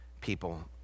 people